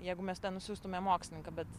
jeigu mes ten nusiųstume mokslininką bet